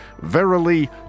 Verily